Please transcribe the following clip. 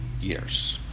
years